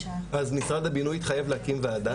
אז משרד הבינוי התחייב להקים וועדה,